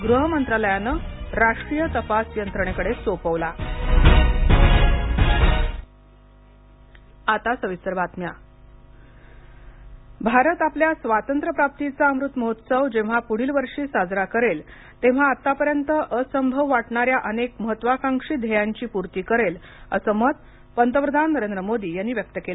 गृह मंत्रालयाने राष्ट्रीय तपास यंत्रणेकडे सोपवला पंतप्रधान बैठक भारत आपल्या स्वातंत्र्य प्राप्तीचा अमृतमहोत्सव जेव्हा पुढील वर्षी साजरा करेल तेव्हा आतापर्यंत असंभव वाटणाऱ्या अनेक महत्वाकांशी ध्येयांची पूर्ती करेल असे मत पंतप्रधान नरेंद्र मोदी यांनी व्यक्त केले